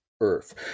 Earth